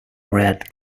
red